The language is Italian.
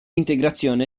integrazione